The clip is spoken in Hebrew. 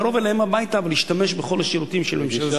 קרוב אליהם הביתה ולהשתמש בכל השירותים של ממשל זמין,